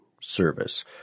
service